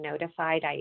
notified